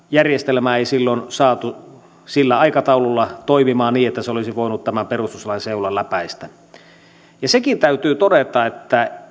järjestelmää ei silloin saatu sillä aikataululla toimimaan niin että se olisi voinut tämän perustuslain seulan läpäistä sekin täytyy todeta että